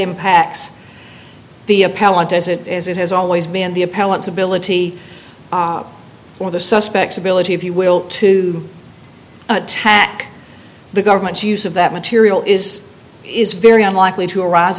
impacts the appellant as it is it has always been the appellant's ability or the suspects ability if you will to attack the government's use of that material is is very unlikely to arise